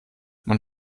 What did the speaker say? man